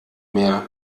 mehr